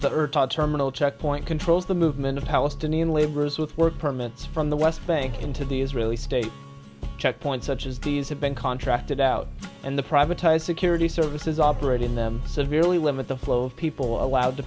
earth terminal checkpoint controls the movement of palestinian laborers with work permits from the west bank into the israeli state checkpoints such as these have been contracted out and the privatized security services operate in them severely limit the flow of people allowed to